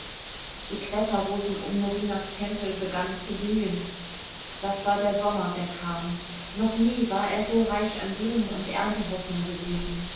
die kletterrosen um norinas tempel begannen zu blühen das war der sommer der kam noch nie war er so reich an blumen und erntehoffnung gewesen